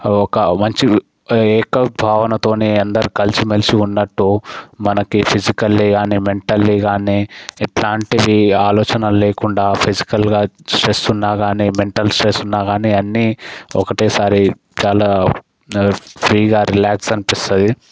ఒక మంచి ఏక భావనతోనే అందరు కలిసిమెలిసి ఉన్నట్టు మనకి ఫిజికల్లీ కానీ మెంటల్లీ కానీ ఎట్లాంటివి ఆలోచన లేకుండా ఫిజికల్గా స్ట్రెస్ ఉన్నా కానీ మెంటల్ స్ట్రెస్ కానీ అన్నీ ఒకటే సారి చాలా ఫ్రీగా రిలాక్స్ అనిపిస్తుంది